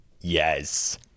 Yes